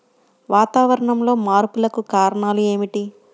వాతావరణంలో మార్పులకు కారణాలు ఏమిటి?